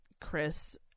Chris